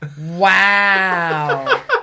Wow